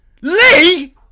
Lee